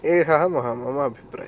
एषः मह मम अभिप्रायः